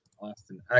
Austin